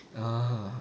ah